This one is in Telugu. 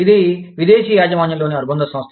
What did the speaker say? ఇది విదేశీ యాజమాన్యంలోని అనుబంధ సంస్థ